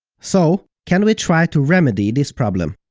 so, can we try to remedy this problem?